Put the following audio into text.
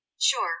Sure